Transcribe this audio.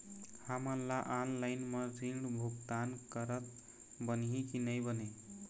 हमन ला ऑनलाइन म ऋण भुगतान करत बनही की नई बने?